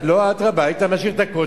לא, אדרבה, היית משאיר את ה"קוטג'".